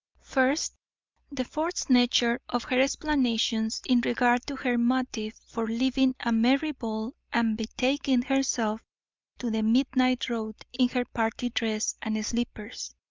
first the forced nature of her explanations in regard to her motive for leaving a merry ball and betaking herself to the midnight road in her party dress and slippers.